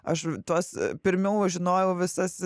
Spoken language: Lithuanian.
aš tuos pirmiau žinojau visas